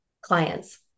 clients